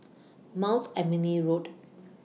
Mount Emily Road